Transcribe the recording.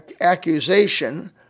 accusation